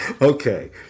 Okay